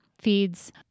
feeds